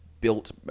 built